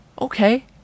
okay